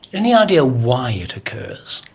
any idea why it occurs?